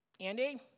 Andy